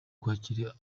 kwakira